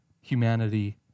humanity